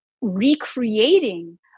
recreating